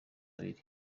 abiri